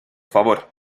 favor